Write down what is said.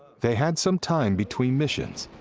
they had some time between missions,